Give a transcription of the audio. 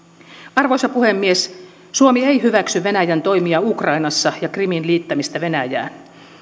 arvoisa puhemies suomi ei hyväksy venäjän toimia ukrainassa ja krimin liittämistä venäjään